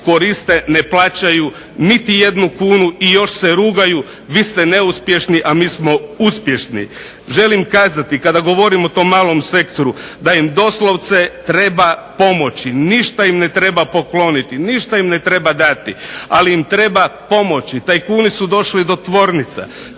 koriste ne plaćaju niti jednu kunu i još se rugaju vi ste neuspješni, a mi smo uspješni. Želim kazati kada govorim o tom malom sektoru da im doslovce treba pomoći. Ništa im ne treba pokloniti, ništa im ne treba dati ali im treba pomoći. Tajkuni su došli do tvornica,